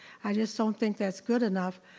i just don't think that's good enough.